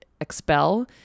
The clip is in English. expel